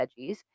veggies